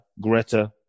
Greta